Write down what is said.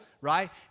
right